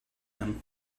him